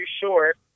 Short